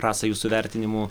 rasa jūsų vertinimu